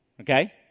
okay